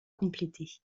complétées